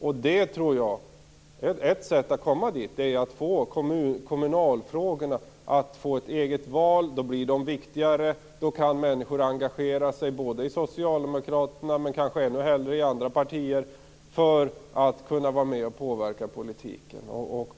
Jag tror att ett sätt att komma dit är att låta kommunfrågorna få ett eget val. Då blir de viktigare, och då kan människor engagera sig både i Socialdemokraterna och kanske ännu hellre i andra partier för att kunna vara med om att påverka politiken.